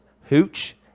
Hooch